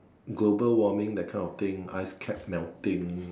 global warming that kind of thing ice cap melting